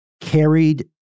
carried